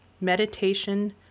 meditation